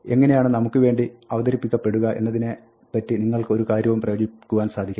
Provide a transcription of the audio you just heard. keys എങ്ങിനെയാണ് നമുക്ക് വേണ്ടി അവതരിപ്പിക്കപ്പെടുക എന്നതിനെപ്പറ്റി നിങ്ങൾക്ക് ഒരു കാര്യവും പ്രവചിക്കുവാൻ സാധിക്കില്ല